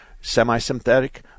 Semi-synthetic